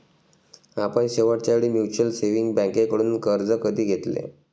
आपण शेवटच्या वेळी म्युच्युअल सेव्हिंग्ज बँकेकडून कर्ज कधी घेतले?